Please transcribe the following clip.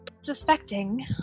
suspecting